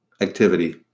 activity